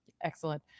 excellent